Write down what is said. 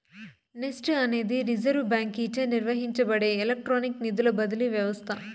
NEFT అనేది reserve బాంకీచే నిర్వహించబడే ఎలక్ట్రానిక్ నిధుల బదిలీ వ్యవస్త